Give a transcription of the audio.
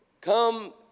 come